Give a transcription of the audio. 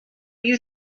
you